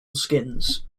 skins